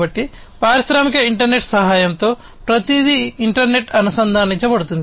కాబట్టి పారిశ్రామిక ఇంటర్నెట్ సహాయంతో ప్రతిదీ ఇంటర్నెట్కు అనుసంధానించబడుతుంది